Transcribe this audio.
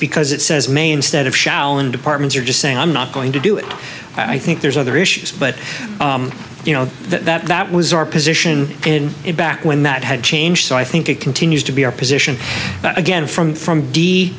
because it says may instead of shall and departments are just saying i'm not going to do it i think there's other issues but you know that that was our position in it back when that had changed so i think it continues to be our position again from from d